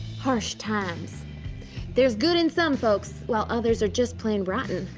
harsh times there's good in some folks, while others are just plain rotten.